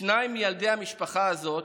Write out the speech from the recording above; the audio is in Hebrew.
שניים מילדי המשפחה הזאת,